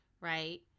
right